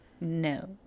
No